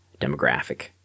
demographic